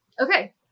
okay